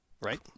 Right